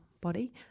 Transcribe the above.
body